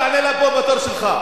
תענה לה פה בתור שלך,